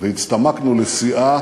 והצטמקנו לסיעה